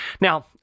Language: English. Now